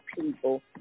people